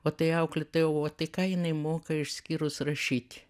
o tai auklėtojau o tai ką jinai moka išskyrus rašyt